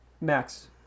Max